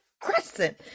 crescent